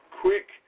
quick